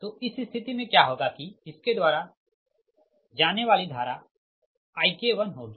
तो इस स्थिति में क्या होगा कि इसके द्वारा जाने वाली धारा IK1 होगी